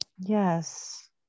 yes